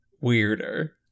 weirder